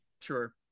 sure